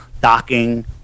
docking